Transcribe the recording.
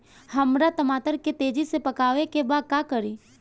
हमरा टमाटर के तेजी से पकावे के बा का करि?